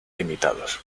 limitados